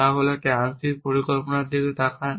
তা হল একটি আংশিক পরিকল্পনার দিকে তাকান